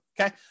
okay